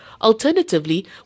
Alternatively